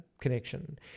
connection